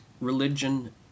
religion